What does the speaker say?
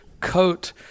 coat